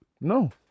No